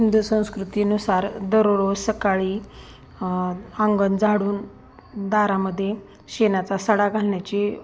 हिंदू संस्कृतीनुसार दररोज सकाळी अंगण झाडून दारामध्ये शेणाचा सडा घालण्याची